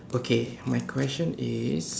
okay my question is